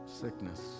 sickness